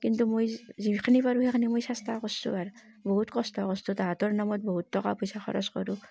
কিন্তু মই যি যিখিনি পাৰোঁ সেইখিনি মই চেষ্টা কৰিছোঁ আৰ বহুত কষ্ট কৰিছোঁ তাহাঁতৰ নামত বহুত টকা পইচা খৰছ কৰোঁ